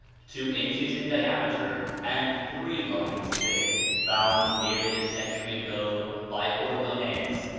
two inches in diameter and three lines thick, found nearly a century ago by ordonez,